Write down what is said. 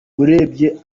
urebye